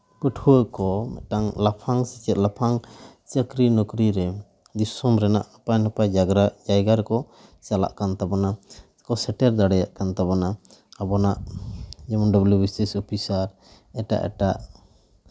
ᱯᱟᱹᱴᱷᱩᱣᱟᱹ ᱠᱚ ᱢᱤᱫᱴᱟᱝ ᱞᱟᱯᱷᱟᱝ ᱥᱮᱪᱮᱫ ᱞᱟᱯᱷᱟᱝ ᱪᱟᱹᱠᱨᱤ ᱱᱚᱠᱨᱤ ᱨᱮ ᱫᱤᱥᱚᱢ ᱨᱮᱱᱟᱜ ᱱᱟᱯᱟᱭ ᱱᱟᱯᱟᱭ ᱡᱟᱭᱜᱟ ᱡᱟᱭᱜᱟ ᱨᱮᱠᱚ ᱪᱟᱞᱟᱜ ᱠᱟᱱ ᱛᱟᱵᱳᱱᱟ ᱥᱮᱠᱚ ᱥᱮᱴᱮᱨ ᱫᱟᱲᱮᱭᱟᱜ ᱠᱟᱱ ᱛᱟᱵᱚᱱᱟ ᱟᱵᱚᱱᱟᱜ ᱡᱮᱢᱚᱱ ᱰᱟᱵᱞᱤᱭᱩ ᱵᱤᱥᱮᱥ ᱚᱯᱷᱤᱥᱟᱨ ᱮᱴᱟᱜ ᱮᱴᱟᱜ